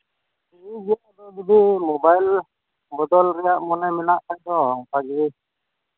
ᱴᱷᱤᱠ ᱜᱮᱭᱟ ᱡᱩᱫᱤ ᱢᱳᱵᱟᱭᱤᱞ ᱵᱚᱫᱚᱞ ᱨᱮᱭᱟᱜ ᱢᱚᱱᱮ ᱢᱮᱱᱟᱜ ᱠᱷᱟᱱ ᱫᱚ ᱚᱱᱠᱟᱜᱮ